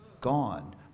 gone